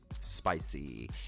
spicy